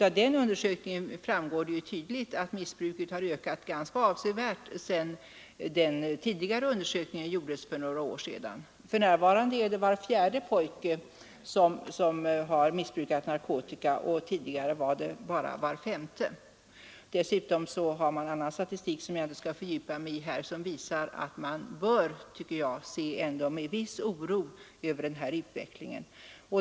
Av den undersökningen framgår tydligt att missbruket har ökat ganska avsevärt sedan den tidigare undersökningen gjordes för några år sedan. För närvarande har var fjärde pojke missbrukat narkotika, och tidigare var det bara var femte. Dessutom finns annan statistik — som jag inte skall fördjupa mig i här — som visar att man bör se med viss oro på den här utvecklingen.